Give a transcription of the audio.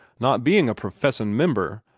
not being a professin' member,